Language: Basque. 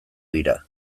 dira